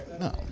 no